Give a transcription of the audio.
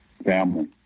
family